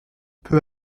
peu